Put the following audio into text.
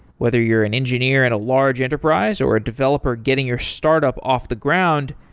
whether you're an engineer at a large enterprise, or a developer getting your startup off the ground,